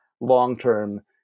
long-term